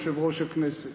יושב-ראש הכנסת,